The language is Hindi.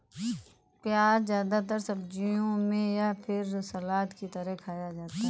प्याज़ ज्यादातर सब्जियों में या फिर सलाद की तरह खाया जाता है